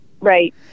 Right